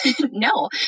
no